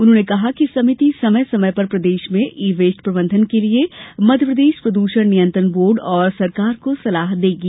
उन्होंने कहा कि सभिति समय समय पर प्रदेश में ई वेस्ट प्रबंधन के लिये मध्यप्रदेश प्रद्षण नियंत्रण बोर्ड और शासन को सलाह देगी